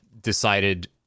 decided